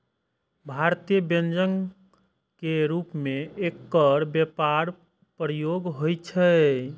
भारतीय व्यंजन के रूप मे एकर व्यापक प्रयोग होइ छै